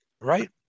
Right